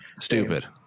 Stupid